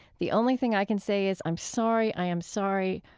the only thing i can say is i am sorry, i am sorry.